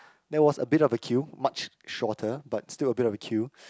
there was a bit of a queue much shorter but still a bit of a queue